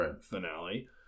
finale